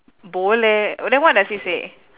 bo leh oh then what does it say